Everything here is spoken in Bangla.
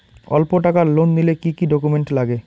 অল্প টাকার লোন নিলে কি কি ডকুমেন্ট লাগে?